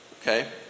Okay